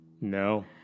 No